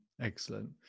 Excellent